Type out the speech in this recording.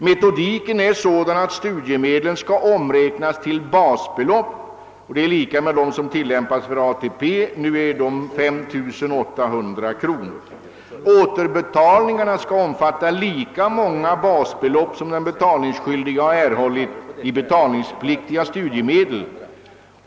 Metodiken är sådan att studiemedlen skall omräknas till basbelopp — lika med dem som tillämpas för ATP — nu 5800 kronor. Återbetalningarna skall omfatta lika många basbelopp som den betalningsskyldige har erhållit i återbetalningspliktiga studiemedel.